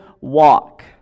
walk